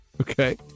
Okay